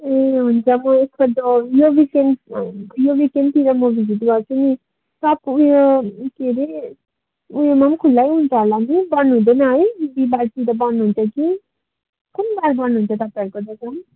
ए हुन्छ म यस पल्ट यो विकेन्ड यो विकेन्डतिर म भिजिटमा आउँछु नि उयो के अरे उयोमा खुल्लै हुन्छ होला नि बन्द हुँदैन है बिहीवारतिर बन्द हुन्छ कि कुन बार बन्द हुन्छ तपाईँहरूको दोकान